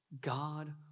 God